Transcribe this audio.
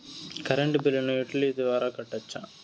Current బిల్లును utility ద్వారా కట్టొచ్చా?